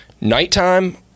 nighttime